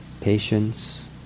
patience